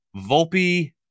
Volpe